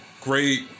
great